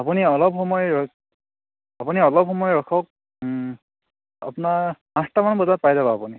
আপুনি অলপ সময় ৰৈ আপুনি অলপ সময় ৰখক আপোনাৰ পাঁচটামান বজাত পাই যাব আপুনি